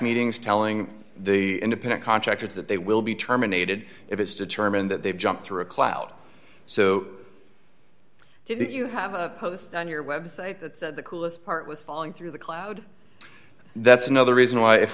meetings telling the independent contractors that they will be terminated if it's determined that they've jumped through a cloud so didn't you have a post on your website that said the coolest part was falling through the cloud that's another reason why if